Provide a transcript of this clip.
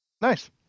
Nice